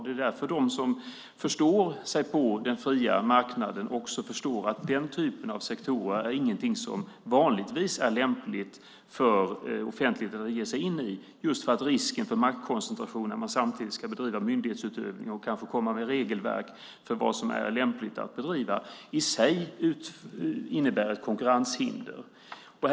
Det är därför de som förstår sig på den fria marknaden också förstår att den typen av sektorer inte är någonting som det vanligtvis är lämpligt för offentligheten att ge sig in i, eftersom risken för maktkoncentration när man samtidigt ska bedriva myndighetsutövning och kanske komma med regelverk för vad som är lämpligt att bedriva i sig innebär ett konkurrenshinder. Herr talman!